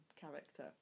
character